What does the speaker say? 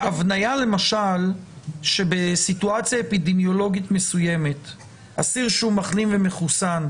ההבניה למשל שבסיטואציה אפידמיולוגית מסוימת אסיר שהוא מחלים ומחוסן,